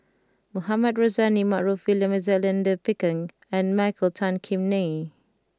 Mohamed Rozani Maarof William Alexander Pickering and Michael Tan Kim Nei